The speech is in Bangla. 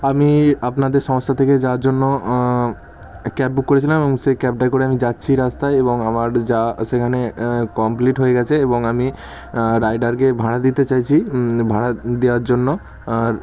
আমি আপনাদের সংস্থা থেকে যাওয়ার জন্য ক্যাব বুক করেছিলাম এবং সেই ক্যাবটায় করে আমি যাচ্ছি রাস্তায় এবং আমার যা সেখানে কমপ্লিট হয়ে গিয়েছে এবং আমি রাইডারকে ভাড়া দিতে চাইছি ভাড়া দেওয়ার জন্য আর